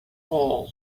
all